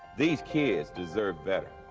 these kids deserve better.